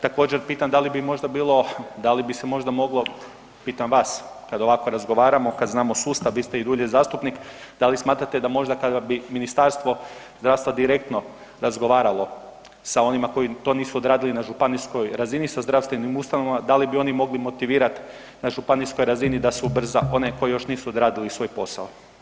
Također, pitam da li bi možda bilo, da li bi se možda moglo, pitam vas, kad ovako razgovaramo, kad znamo sustav, vi ste i dulje zastupnik, da li smatrate da možda kada bi Ministarstvo zdravstva direktno razgovaralo sa onima koji to nisu odradili na županijskoj razini sa zdravstvenim ustanovama, da li bi oni mogli motivirati na županijskoj razini, da se ubrza one koji još nisu odradili svoj posao?